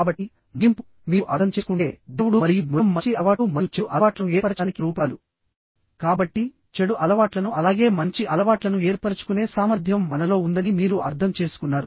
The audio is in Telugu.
కాబట్టి ముగింపు మీరు అర్థం చేసుకుంటే దేవుడు మరియు మృగం మంచి అలవాట్లు మరియు చెడు అలవాట్లను ఏర్పరచడానికి రూపకాలు కాబట్టి చెడు అలవాట్లను అలాగే మంచి అలవాట్లను ఏర్పరచుకునే సామర్థ్యం మనలో ఉందని మీరు అర్థం చేసుకున్నారు